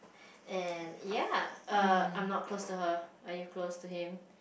and ya err I'm not close to her are you close to him